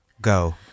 go